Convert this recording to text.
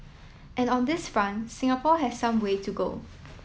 and on this front Singapore has some way to go